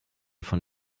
von